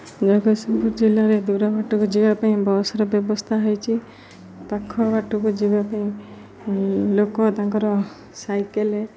ଜଗତସିଂପୁର ଜିଲ୍ଲାରେ ଦୂର ବାଟକୁ ଯିବା ପାଇଁ ବସ୍ରେ ବ୍ୟବସ୍ଥା ହୋଇଛି ପାଖ ବାଟକୁ ଯିବା ପାଇଁ ଲୋକ ତାଙ୍କର ସାଇକେଲ୍